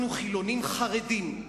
אנחנו חילונים חרדים.